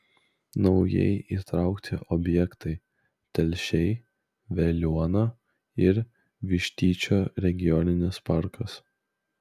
naujai įtraukti objektai telšiai veliuona ir vištyčio regioninis parkas